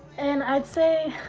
and i'd say,